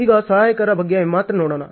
ಈಗ ಸಹಾಯಕರ ಬಗ್ಗೆ ಮಾತ್ರ ನೋಡೋಣ